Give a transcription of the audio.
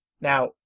Now